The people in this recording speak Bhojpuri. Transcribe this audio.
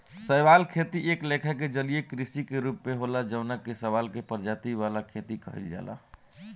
शैवाल खेती एक लेखा के जलीय कृषि के रूप होला जवना में शैवाल के प्रजाति वाला खेती कइल जाला